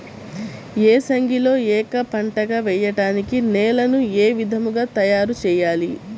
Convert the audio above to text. ఏసంగిలో ఏక పంటగ వెయడానికి నేలను ఏ విధముగా తయారుచేయాలి?